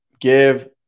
Give